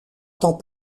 temps